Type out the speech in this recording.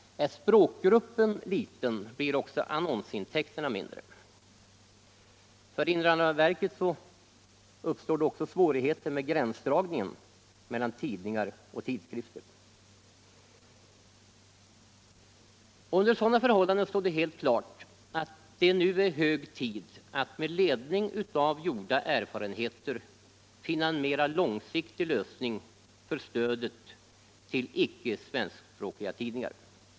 Är språkgruppen liten blir även annonsintäkterna mindre. För invandrarverket uppstår också svårigheter med gränsdragningen mellan tidningar och tidskrifter. Under sådana förhållanden står det helt klart att det nu är hög tid att med ledning av gjorda erfarenheter finna en mera långsiktig lösning för stödet till icke svenskspråkiga tidningar.